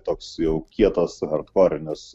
toks jau kietas ar porinis